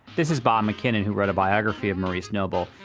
this is bob mckinnon, who wrote a biography of maurice noble.